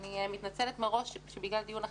ואני מתנצלת מראש שבגלל דיון אחר,